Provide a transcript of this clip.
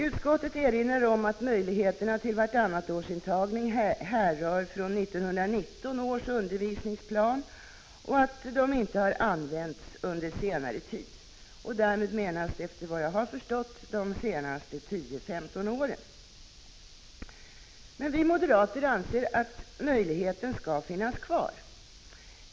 Utskottet erinrar om att möjligheterna till vartannatårsintagning härrör från 1919 års undervisningsplan och att vartannatårsintagningen inte har använts under senare tid. Därmed menas efter vad jag har förstått de senaste 10-15 åren. Vi moderater anser att möjligheten skall finnas kvar.